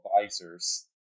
advisors